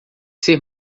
ser